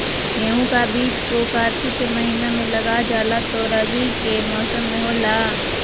गेहूं का बीज को कार्तिक के महीना में लगा जाला जो रवि के मौसम में होला